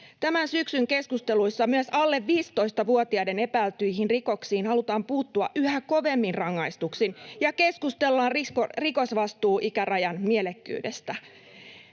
Tämän syksyn keskusteluissa myös alle 15-vuotiaiden epäiltyihin rikoksiin halutaan puuttua yhä kovemmin rangaistuksin ja keskustellaan rikosvastuuikärajan mielekkyydestä.